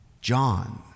John